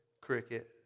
cricket